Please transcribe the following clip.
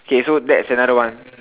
okay so that's another one